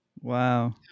Wow